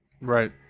right